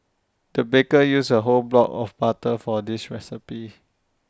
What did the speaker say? the baker used A whole block of butter for this recipe